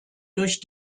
durch